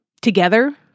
together